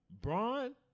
Braun